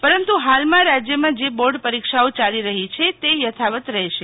પરંતુ હાલમાં રાજ્યમાં જે બોર્ડ પરીક્ષાઓ ચાલી રહી છે તે યથાવત રહેશે